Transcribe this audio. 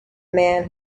man